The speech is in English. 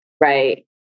right